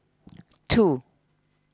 two